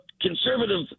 conservative